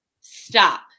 Stop